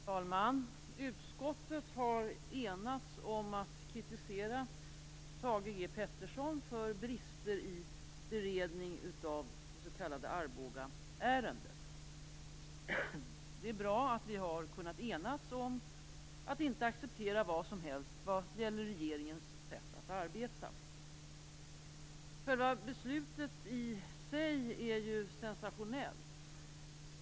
Fru talman! Utskottet har enats om att kritisera Det är bra att vi har kunnat enas om att inte acceptera vad som helst vad gäller regeringens sätt att arbeta. Själva beslutet är sensationellt.